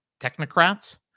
technocrats